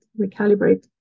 recalibrate